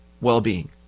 well-being